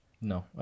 no